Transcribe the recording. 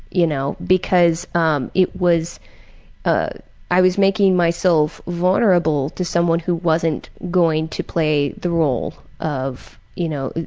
you know, because um it was ah i was making myself vulnerable to someone who wasn't going to play the role of, you know,